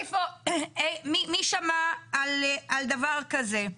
מי שמע על דבר כזה?